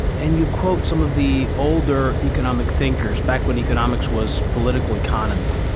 and you quote some of the older economic thinkers, back when economics was political economy.